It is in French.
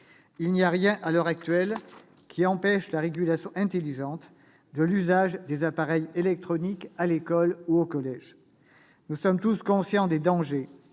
Il n'y a rien à l'heure actuelle qui empêche la régulation intelligente de l'usage des appareils électroniques à l'école ou au collège. Nous sommes tous conscients des dangers